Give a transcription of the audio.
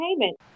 payment